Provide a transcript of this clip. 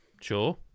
sure